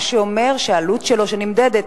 מה שאומר שהעלות שלו שנמדדת,